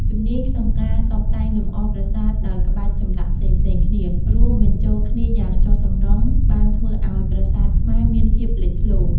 ជំនាញក្នុងការតុបតែងលម្អប្រាសាទដោយក្បាច់ចម្លាក់ផ្សេងៗគ្នា រួមបញ្ចូលគ្នាយ៉ាងចុះសម្រុង បានធ្វើឱ្យប្រាសាទខ្មែរមានភាពលេចធ្លោរ។